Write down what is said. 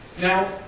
Now